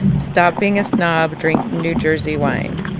stop being a snob drink new jersey wine.